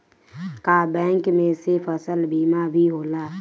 का बैंक में से फसल बीमा भी होला?